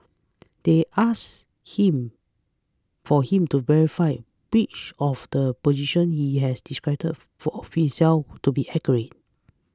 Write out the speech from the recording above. they asked him for him to verify which of the positions he has described for of himself to be accurate